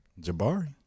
Jabari